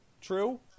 true